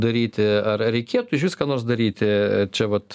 daryti ar reikėtų išvis ką nors daryti čia vat